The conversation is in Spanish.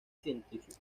científico